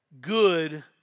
good